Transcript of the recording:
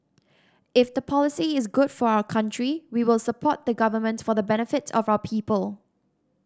if the policy is good for our country we will support the Government for the benefit of our people